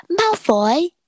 Malfoy